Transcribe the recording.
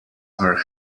are